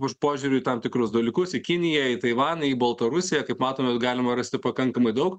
už požiūrį į tam tikrus dalykus į kiniją į taivaną į baltarusiją kaip matome galima rasti pakankamai daug